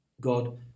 God